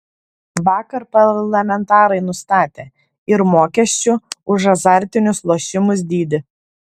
vakar parlamentarai nustatė ir mokesčių už azartinius lošimus dydį